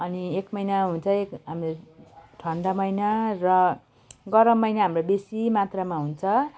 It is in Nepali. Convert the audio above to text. अनि एक महिना हुन्छ के अनि ठन्डा महिना र गरम महिना हामीले बेसी मात्रामा हुन्छ